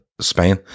spain